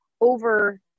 over